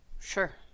Sure